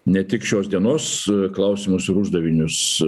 ne tik šios dienos klausimus ir uždavinius